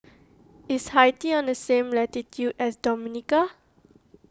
is Haiti on the same latitude as Dominica